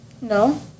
No